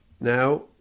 now